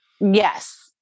Yes